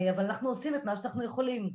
אבל אנחנו עושים את מה שאנחנו יכולים.